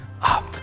up